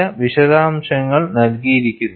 ചില വിശദാംശങ്ങൾ നൽകിയിരിക്കുന്നു